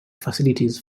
facilities